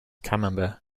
camembert